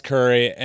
Curry